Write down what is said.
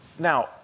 Now